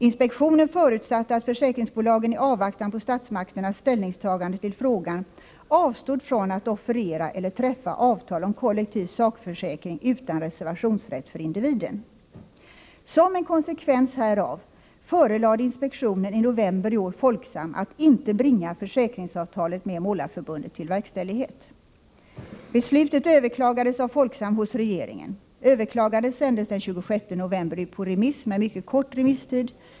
Inspektionen förutsatte att försäkringsbolagen i avvaktan på statsmakternas ställningstagande till frågan avstod från att offerera eller träffa avtal om kollektiv sakförsäkring utan reservationsrätt för individen. Som en konsekvens härav förelade inspektionen i november i år Folksam att inte bringa försäkringsavtalet med Målareförbundet till verkställighet. den 26 november ut på remiss med en mycket kort remisstid.